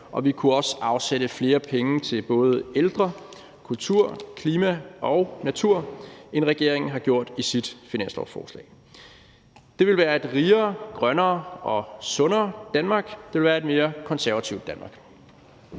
og vi kunne også afsætte flere penge til både ældre, kultur, klima og natur, end regeringen har gjort i sit finanslovsforslag. Det ville være et rigere, grønnere og sundere Danmark; det ville være et mere konservativt Danmark.